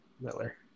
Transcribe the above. Miller